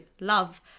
love